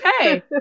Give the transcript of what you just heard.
okay